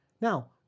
Now